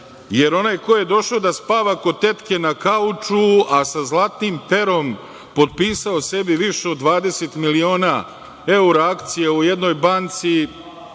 jer onaj ko je došao da spava kod tetke na kauču, a sa zlatnim perom potpisao sebi više od 20 miliona evra akcija u jednoj banci,